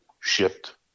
shipped